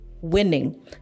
winning